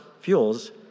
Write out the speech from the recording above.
fuels